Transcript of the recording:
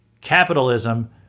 capitalism